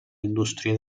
indústria